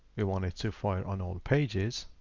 we want it to fire on all pages.